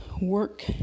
work